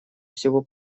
всего